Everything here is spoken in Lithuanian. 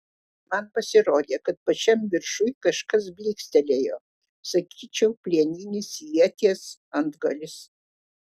man pasirodė kad pačiam viršuj kažkas blykstelėjo sakyčiau plieninis ieties antgalis